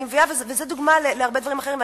זו דוגמה להרבה דברים אחרים,